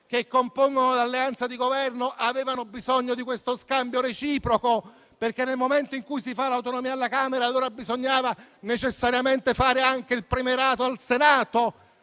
che compongono l'alleanza di Governo avevano bisogno di questo scambio reciproco? Perché nel momento in cui si fa l'autonomia alla Camera, bisognava necessariamente fare anche il premierato al Senato?